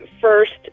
first